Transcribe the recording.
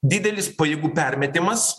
didelis pajėgų permetimas